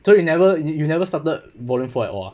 so you never you never started volume four at all